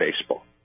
baseball